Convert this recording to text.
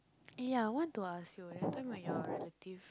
ya want to ask you that time when your relative